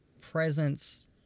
presence